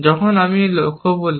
যখন আমি লক্ষ্য বলি